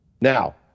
Now